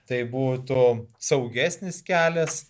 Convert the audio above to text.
tai buvo to saugesnis kelias